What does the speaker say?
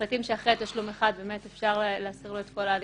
מחליטים שאחרי תשלום אחד אפשר באמת להסיר לו את כל ההליכים,